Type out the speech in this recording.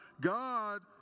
God